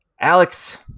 Alex